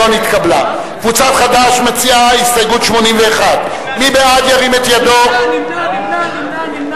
ההסתייגות הראשונה של קבוצת סיעת חד"ש לסעיף 41(1) לא נתקבלה.